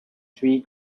three